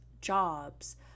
jobs